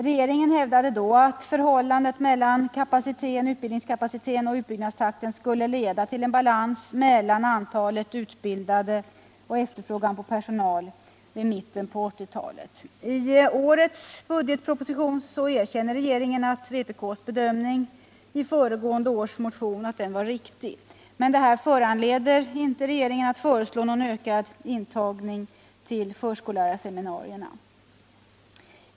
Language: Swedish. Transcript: Regeringen hävdade dock att förhållandet mellan utbildningskapacitet och utbyggnadstakt skulle leda till balans mellan antalet utbildade och efterfrågan på personal i mitten av 1980-talet. I årets budgetproposition erkänner regeringen att vpk:s bedömning i föregående års motion var riktig. Detta föranleder emellertid inte regeringen att föreslå någon ökning av intagningen till förskollärarseminarierna.